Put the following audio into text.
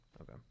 Okay